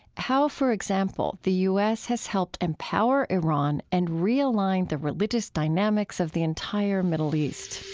how, for example, the u s. has helped empower iran and realign the religious dynamics of the entire middle east